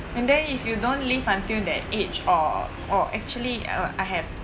and then if you don't live until that age or or actually uh I have